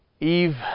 Eve